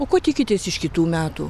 o ko tikitės iš kitų metų